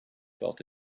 felt